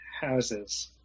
Houses